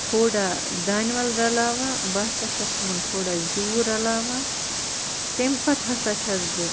تھوڑا دانہِ وَل رَلاوان بہٕ ہسا چھیٚس تِمَن تھوڑا زیٛوٗر رَلاوان تَمہِ پَتہٕ ہسا چھیٚس بہٕ